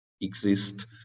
exist